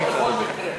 לא בכל מקרה.